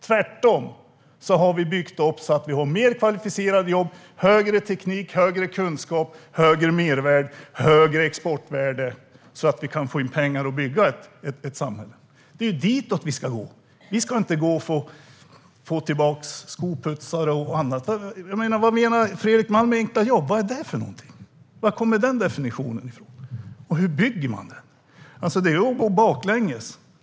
Tvärtom har vi byggt upp att vi har mer kvalificerade jobb, högre teknik, högre kunskap, högre mervärde och högre exportvärde så att vi kan få in pengar och bygga samhället. Det är ju ditåt vi ska gå. Vi ska inte gå mot att få tillbaka skoputsare och annat. Och vad menar Fredrik Malm med enkla jobb? Vad är det för någonting? Var kommer den definitionen ifrån? Och hur bygger man det? Det är ju att gå baklänges.